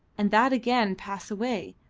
and that again pass away,